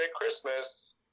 Christmas